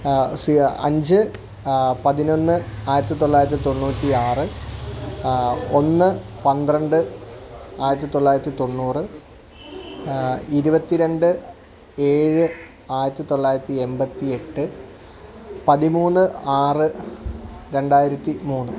അഞ്ച് പതിനൊന്ന് ആയിരത്തിത്തൊളയിരത്തി തൊണ്ണൂറ്റി ആറ് ഒന്ന് പന്ത്രണ്ട് ആയിരത്തിത്തൊളയിരത്തി തൊണ്ണൂറ് ഇരുപത്തിരണ്ട് ഏഴ് ആയിരത്തിത്തൊളയിരത്തി എൺപത്തിയെട്ട് പതിമൂന്ന് ആറ് രണ്ടായിരത്തി മൂന്ന്